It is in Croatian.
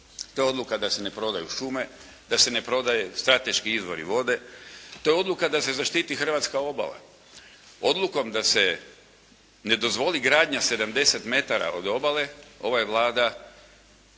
Te odluka da se ne prodaju šume, da se ne prodaju strateški izvori vode. To je odluka da se zaštiti hrvatska obala. Odlukom da se ne dozvoli gradnja 70 metara od obale ova je Vlada